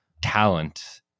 talent